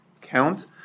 count